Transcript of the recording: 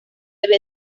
había